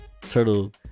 turtle